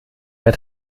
der